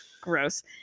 gross